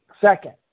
Second